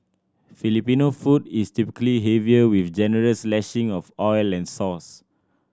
Filipino food is typically heavier with generous lashing of oil and sauce